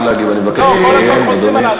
אני מבקש לסיים,